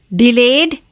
delayed